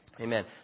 Amen